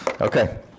Okay